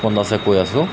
কৈ আছো